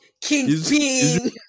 kingpin